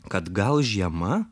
kad gal žiema